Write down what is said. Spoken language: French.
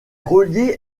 reliée